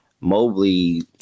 Mobley